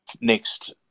next